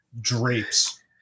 drapes